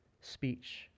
speech